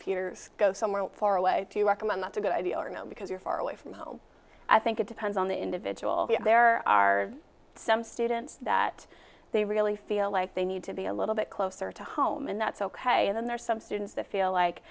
peter go somewhere far away do you recommend that's a good idea or no because you're far away from home i think it depends on the individual there are some students that they really feel like they need to be a little bit closer to home and that's ok and then there are some students that feel like